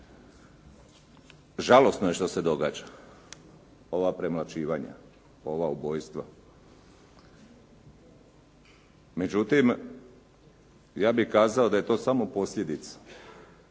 Žalosno je što se događa, ova premlaćivanja, ova ubojstva. Međutim, ja bih kazao da je to samo posljedica,